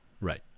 right